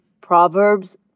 Proverbs